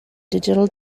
digital